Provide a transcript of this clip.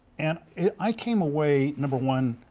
and i came away, number one,